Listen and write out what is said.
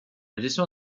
gestion